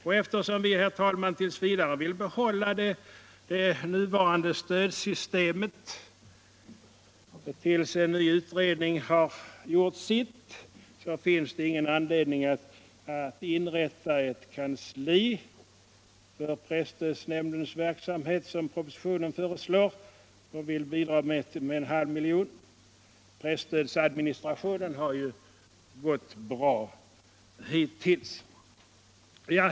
Och eftersom vi vill behålla det nuvarande stödsystemet tills en ny utredning har gjort sitt, så finns det enligt vår mening ingen anledning att inrätta ett kansli för presstödsnämndens verksamhet, som departementschefen föreslår i propositionen, när han förordar bidrag med en halv miljon för detta ändamål. Presstödsadministrationen har ju gått bra hittills.